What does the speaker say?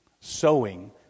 Sowing